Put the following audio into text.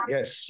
Yes